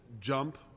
jump